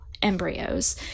embryos